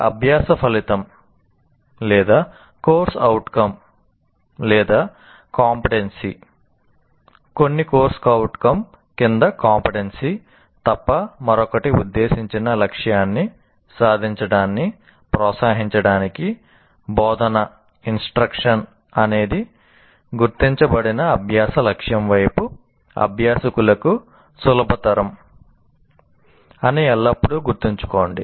అనేది గుర్తించబడిన అభ్యాస లక్ష్యం వైపు అభ్యాసకులకు సులభతరం" అని ఎల్లప్పుడూ గుర్తుంచుకోండి